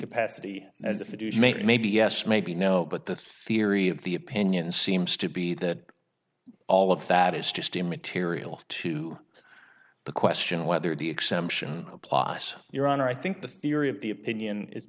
make maybe yes maybe no but the theory of the opinion seems to be that all of that is just immaterial to the question of whether the exception plus your honor i think the theory of the opinion is